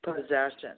possession